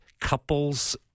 couples